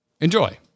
enjoy